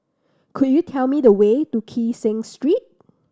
could you tell me the way to Kee Seng Street